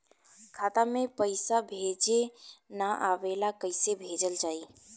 खाता में पईसा भेजे ना आवेला कईसे भेजल जाई?